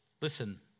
Listen